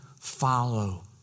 follow